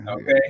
Okay